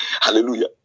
hallelujah